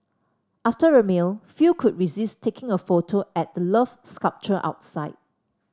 after a meal few could resist taking a photo at the Love sculpture outside